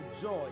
joy